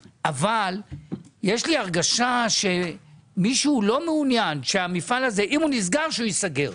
יש לי הרגשה שמישהו לא מעוניין שהמפעל הזה ייסגר.